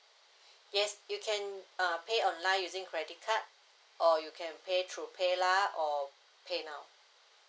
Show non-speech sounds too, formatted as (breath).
(breath) yes you can uh pay online using credit card or you can pay through paylah or paynow